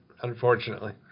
unfortunately